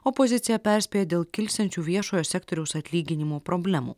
opozicija perspėja dėl kilsiančių viešojo sektoriaus atlyginimų problemų